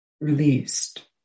released